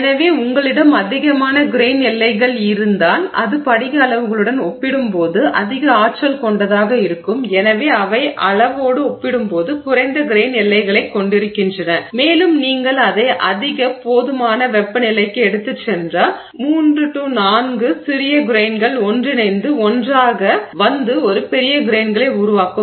எனவே உங்களிடம் அதிகமான கிரெய்ன் எல்லைகள் இருந்தால் அது படிக அளவுகளுடன் ஒப்பிடும்போது அதிக ஆற்றல் கொண்டதாக இருக்கும் எனவே அவை அளவோடு ஒப்பிடும்போது குறைந்த கிரெய்ன் எல்லைகளைக் கொண்டிருக்கின்றன மேலும் நீங்கள் அதை அதிக போதுமான வெப்பநிலைக்கு எடுத்துச் சென்றால் 3 4 சிறிய கிரெய்ன்கள் ஒன்றிணைந்து ஒன்றாக வந்து ஒரு பெரிய கிரெய்னை உருவாக்கும்